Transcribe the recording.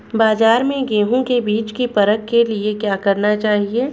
बाज़ार में गेहूँ के बीज की परख के लिए क्या करना चाहिए?